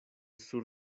sur